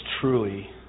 truly